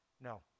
No